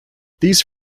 these